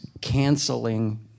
canceling